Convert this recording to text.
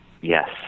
Yes